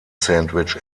sandwich